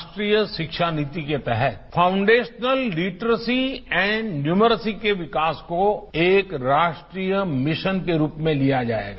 राष्ट्रीय शिक्षा नीति के तहत foundational literacy and numeracy के विकास को एक राष्ट्रीय मिशन के रूप में लिया जाएगा